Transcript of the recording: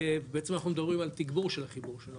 בעצם אנחנו מדברים על תגבור של החיבור שלו,